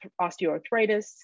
osteoarthritis